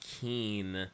keen